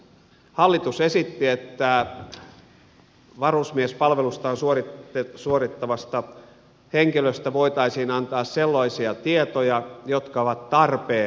hallitus esitti että varusmiespalvelustaan suorittavasta henkilöstä voitaisiin antaa sellaisia tietoja jotka ovat tarpeen